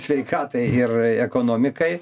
sveikatai ir ekonomikai